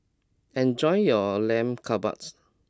enjoy your Lamb Kebabs